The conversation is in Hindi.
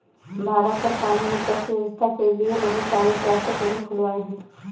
भारत सरकार ने पशु स्वास्थ्य के लिए बहुत सारे स्वास्थ्य केंद्र खुलवाए हैं